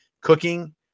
cooking